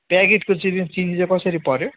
प्याकेटको चिनी चिनी चाहिँ कसरी पऱ्यो